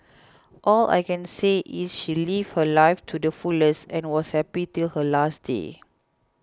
all I can say is she lived her life too the fullest and was happy till her last day